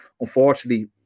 Unfortunately